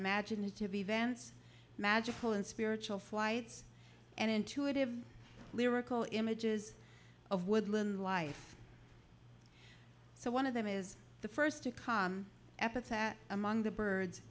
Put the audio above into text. imaginative events magical and spiritual flights and intuitive lyrical images of woodland life so one of them is the first to come epitaph among the birds